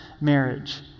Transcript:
marriage